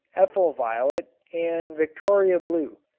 ethyl violet and victoria blue,